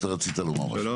שלום,